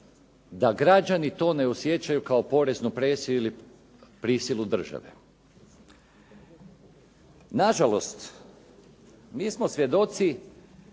da građani to ne osjećaju kao poreznu presiju ili prisilu države. Na žalost mi smo svjedoci